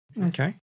Okay